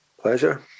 Pleasure